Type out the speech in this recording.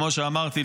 כמו שאמרתי,